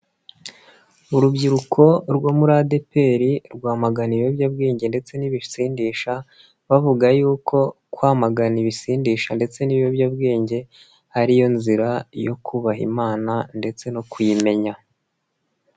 Urubyiruko rwo muri ADEPR, rwamagana ibiyobyabwenge ndetse n'ibisindisha; bavuga yuko kwamagana ibisindisha ndetse n'ibiyobyabwenge ari yo nzira yo kubaha Imana ndetse no kuyimenya.